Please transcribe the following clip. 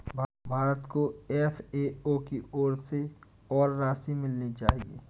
भारत को एफ.ए.ओ की ओर से और राशि मिलनी चाहिए